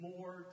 More